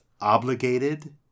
obligated